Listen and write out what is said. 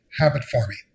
habit-forming